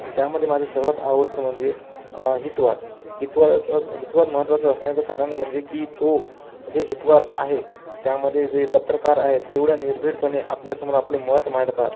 अन त्यामध्ये माझं सर्वात आवडतं म्हणजे हितवाद हितवादच हितवाद महत्त्वाचं असण्याचं कारण म्हणजे की तो जे हितवाात आहे त्यामध्ये जे पत्रकार आहे तेवढ्या निर्भीडपणे आपल्यासमोर आपले मत मांडतात